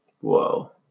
Whoa